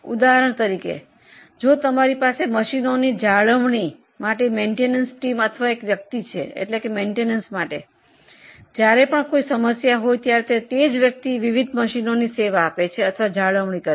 ઉદાહરણ તરીકે જો તમારી પાસે મશીનોની જાળવણી માટે મેન્ટેનન્સ ટીમ અથવા એક વ્યક્તિ હોય તો જ્યારે પણ કોઈ સમસ્યા થાય ત્યારે તે વ્યક્તિ વિવિધ મશીનોની જાળવણી કરી શકે છે